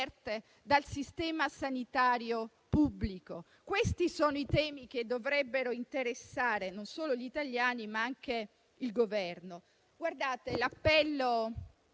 dal sistema sanitario pubblico. Questi sono i temi che dovrebbero interessare non solo gli italiani, ma anche il Governo. L'appello